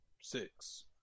six